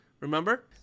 remember